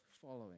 following